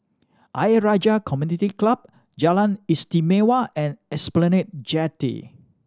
Ayer Rajah Community Club Jalan Istimewa and Esplanade Jetty